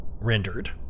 rendered